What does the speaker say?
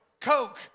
Coke